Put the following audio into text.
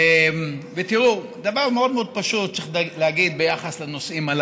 שידעו לקראת מה הולכים.